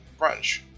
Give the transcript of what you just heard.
brunch